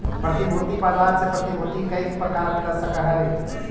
प्रतिभूति बाजार से प्रतिभूति कईक प्रकार मिल सकऽ हई?